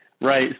Right